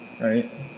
right